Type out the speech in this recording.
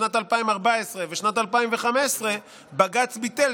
בשנת 2014 ובשנת 2015 בג"ץ ביטל,